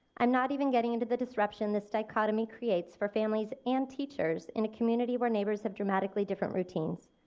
i'm not even getting into the disruption this dichotomy creates for families and teachers in a community where neighbors have dramatically different routines.